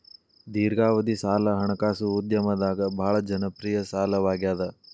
ದೇರ್ಘಾವಧಿ ಸಾಲ ಹಣಕಾಸು ಉದ್ಯಮದಾಗ ಭಾಳ್ ಜನಪ್ರಿಯ ಸಾಲವಾಗ್ಯಾದ